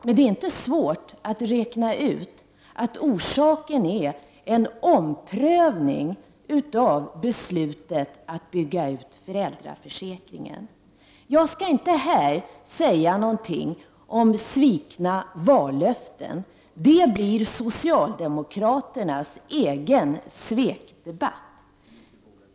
Men det är inte svårt att räkna ut att orsaken är en omprövning av beslutet att bygga ut föräldraförsäkringen. Jag skall inte här säga någonting om svikna vallöften. Det blir socialdemokraternas egen svekdebatt.